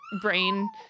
brain